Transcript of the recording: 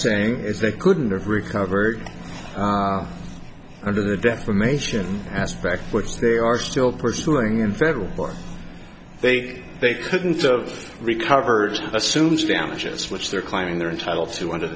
saying is they couldn't have recovered under the defamation aspect which they are still pursuing in federal court they they couldn't of recovered assumes damages which they're claiming they're entitled to under